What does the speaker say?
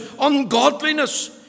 ungodliness